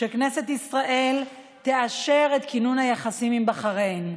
שכנסת ישראל תאשר את כינון היחסים עם בחריין.